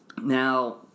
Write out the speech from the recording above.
Now